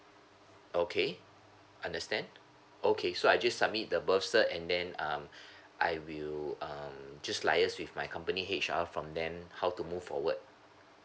okay understand okay so I just submit the birth cert and then um I will um just liaise with my company H_R from then how to move forward